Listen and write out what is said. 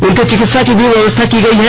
उनके चिकित्सा की व्यवस्था की गई है